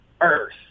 Earth